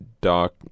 Doc